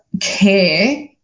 care